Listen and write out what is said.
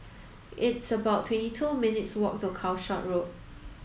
it's about twenty two minutes' walk to Calshot Road